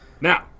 Now